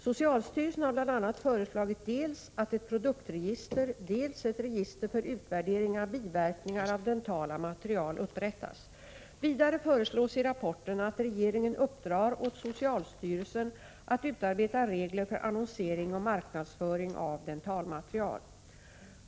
Socialstyrelsen har bl.a. föreslagit dels att ett produktregister, dels ett register för utvärdering av biverkningar av dentala material upprättas. Vidare föreslås i rapporten att regeringen uppdrar åt socialstyrelsen att utarbeta regler för annonsering och marknadsföring av dentalmaterial.